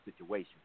situation